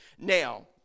Now